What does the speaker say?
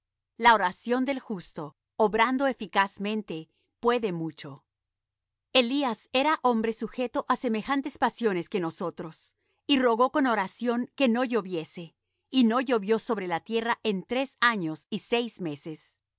la oración del justo obrando eficazmente puede mucho elías era hombre sujeto á semejantes pasiones que nosotros y rogó con oración que no lloviese y no llovió sobre la tierra en tres años y seis meses